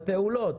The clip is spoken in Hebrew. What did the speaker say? לפעולות.